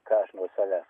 ką aš nuo savęs